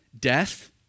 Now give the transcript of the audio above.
death